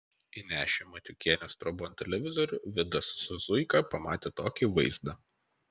įnešę matiukienės trobon televizorių vidas su zuika pamatė tokį vaizdą